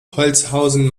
holzhausen